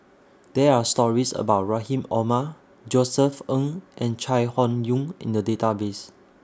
There Are stories about Rahim Omar Josef Ng and Chai Hon Yoong in The Database